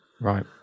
Right